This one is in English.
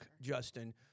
Justin